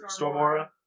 Stormora